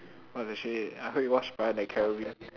what the shit I hope you watch pirates-of-the-caribbean